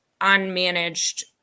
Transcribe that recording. unmanaged